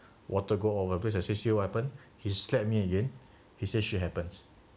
water go over place I say see what happen he slap me again he say shit happens